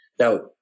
Now